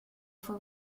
for